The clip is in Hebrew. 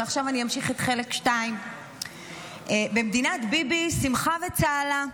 ועכשיו אני אמשיך בחלק 2. במדינת ביבי שמחה וצהלה.